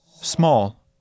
Small